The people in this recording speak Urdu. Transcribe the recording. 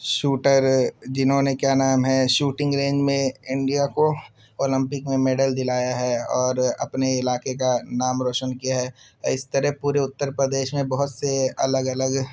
شوٹر جنہوں نے کیا نام ہے شوٹنگ رینج میں انڈیا کو اولمپک میں میڈل دلایا ہے اور اپنے علاقے کا نام روشن کیا ہے اور اس طرح پورے اُتّر پردیش میں بہت سے الگ الگ